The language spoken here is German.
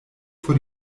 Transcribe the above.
vor